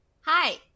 hi